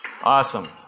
awesome